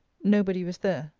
nobody was there.